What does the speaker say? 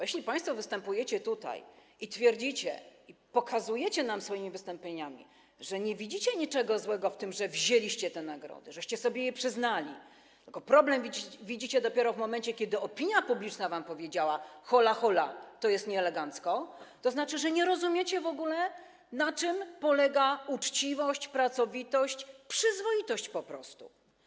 Jeśli państwo występujecie tutaj i twierdzicie, pokazujecie nam swoimi wystąpieniami, że nie widzicie niczego złego w tym, że wzięliście te nagrody, że sobie je przyznaliście, tylko problem widzicie dopiero w momencie, kiedy opinia publiczna wam powiedziała: hola, hola, to jest nieelegancko, to znaczy, że nie rozumiecie w ogóle, na czym polega uczciwość, pracowitość, przyzwoitość po prostu.